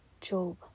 Job